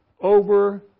over